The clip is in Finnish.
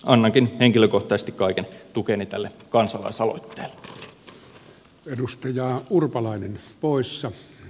annankin henkilökohtaisesti kaiken tukeni tälle kansalaisaloitteelle